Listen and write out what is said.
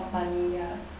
money ya